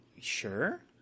Sure